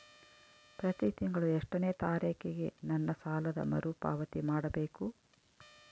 ಪ್ರತಿ ತಿಂಗಳು ಎಷ್ಟನೇ ತಾರೇಕಿಗೆ ನನ್ನ ಸಾಲದ ಮರುಪಾವತಿ ಮಾಡಬೇಕು?